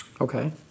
Okay